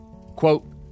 Quote